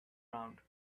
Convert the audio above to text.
round